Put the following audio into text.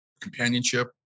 companionship